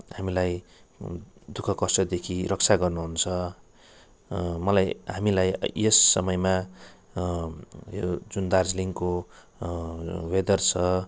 हामीलाई दुःख कष्टदेखि रक्षा गर्नु हुन्छ मलाई हामीलाई यस समयमा यो जुन दार्जिलिङको वेदर छ